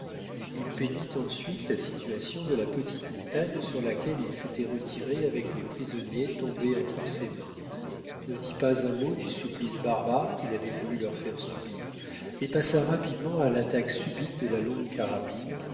il peignit ensuite la situation de la petite montagne sur laquelle il s'était retiré avec les prisonniers tombés entre ses mains ne dit pas un mot du supplice barbare qu'il avait voulu leur faire subir et passa rapidement à l'attaque subite de la longue carabine